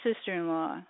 sister-in-law